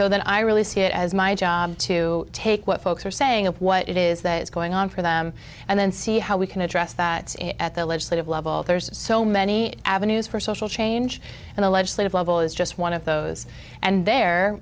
so then i really see it as my job to take what folks are saying about what it is that is going on for them and then see how we can address that at the legislative level there's so many avenues for social change and the legislative level is just one of those and they're